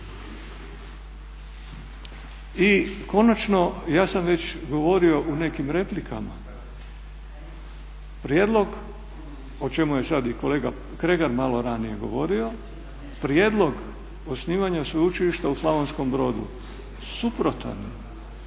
I konačno, ja sam već govorio u nekim replikama, prijedlog o čemu je sad i kolega Kregar malo ranije govorio, prijedlog osnivanja sveučilišta u Slavonskom Brodu suprotan